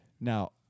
Now